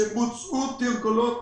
שבוצעו תרגולות